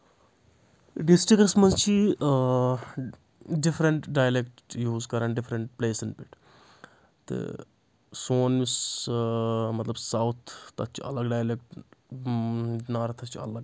ڈِسٹرکَس منٛز چھِ different dialect use کران ڈِفرنٛٹ پٕلیسَن پؠٹھ تہٕ سون یُس مطلب ساوُتھ تَتھ چھُ الگ ڈایلؠکٹ نارتھَس چھُ الگ